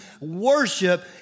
worship